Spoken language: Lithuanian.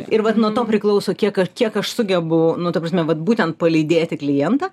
ir vat nuo to priklauso kiek kiek aš sugebu nu ta prasme vat būtent palydėti klientą